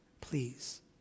please